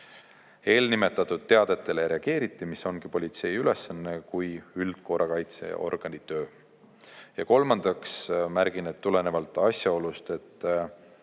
Eelnimetatud teadetele reageeriti, mis ongi politsei kui üldkorrakaitseorgani töö. Ja kolmandaks märgin, et tulenevalt asjaolust, et